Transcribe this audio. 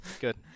Good